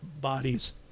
bodies